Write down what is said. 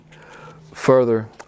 further